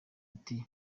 ati